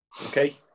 Okay